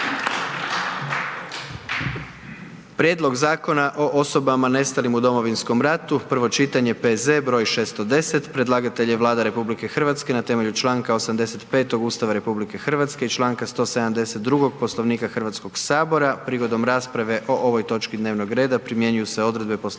Prijedlog Zakona o osobama nestalim u Domovinskom ratu, prvo čitanje, P.Z. br. 610 Predlagatelj je Vlada RH na temelju članka 85. Ustava RH i članka 172. Poslovnika Hrvatskog sabora. Prigodom rasprave o ovoj točki dnevnog reda primjenjuju se odredbe Poslovnika